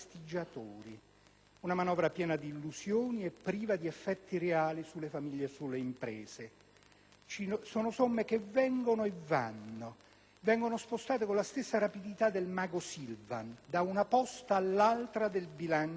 una manovra piena di illusioni e priva di effetti reali sulle famiglie e sulle imprese. Ci sono somme che vengono e vanno: sono spostate con la stessa rapidità del mago Silvan da una posta all'altra del bilancio dello Stato.